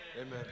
Amen